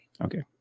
Okay